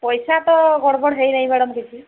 ପଇସା ତ ଗଡ଼ବଡ଼ ହେଇନାହିଁ ମ୍ୟାଡ଼ମ୍ କିଛି